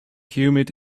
humid